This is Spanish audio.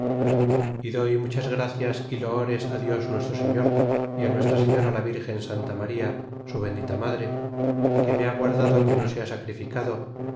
y doy muchas gracias y loores dios nuestro señor y nuestra señora la virgen santa maría su bendita madre que me ha guardado que no sea sacrificado